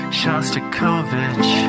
Shostakovich